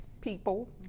people